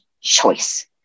choice